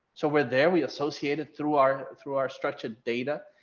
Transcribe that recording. so we're there we associated through our through our structured data,